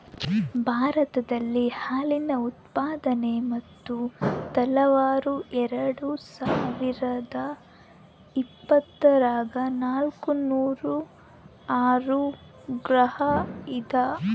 ಭಾರತದಲ್ಲಿ ಹಾಲಿನ ಉತ್ಪಾದನೆ ಮತ್ತು ತಲಾವಾರು ಎರೆಡುಸಾವಿರಾದ ಇಪ್ಪತ್ತರಾಗ ನಾಲ್ಕುನೂರ ಆರು ಗ್ರಾಂ ಇದ